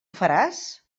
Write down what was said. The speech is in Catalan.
faràs